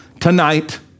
tonight